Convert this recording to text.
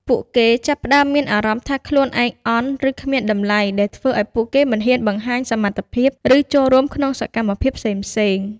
ពួកគេចាប់ផ្ដើម មានអារម្មណ៍ថាខ្លួនឯងអន់ ឬគ្មានតម្លៃ ដែលធ្វើឲ្យពួកគេមិនហ៊ានបង្ហាញសមត្ថភាព ឬចូលរួមក្នុងសកម្មភាពផ្សេងៗ។